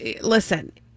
listen